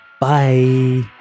Bye